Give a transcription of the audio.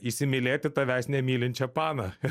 įsimylėti tavęs nemylinčią paną ir